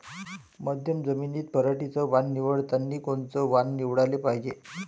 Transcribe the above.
मध्यम जमीनीत पराटीचं वान निवडतानी कोनचं वान निवडाले पायजे?